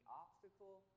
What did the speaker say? obstacle